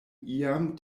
iam